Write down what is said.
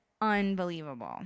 unbelievable